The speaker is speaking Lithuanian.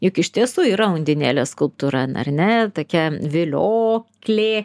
juk iš tiesų yra undinėlės skulptūra ar ne tokia vilioklė